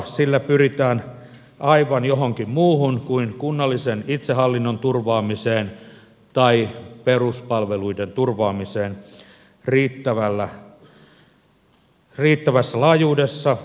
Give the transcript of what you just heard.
sillä pyritään aivan johonkin muuhun kuin kunnallisen itsehallinnon turvaamiseen tai peruspalveluiden turvaamiseen riittävässä laajuudessa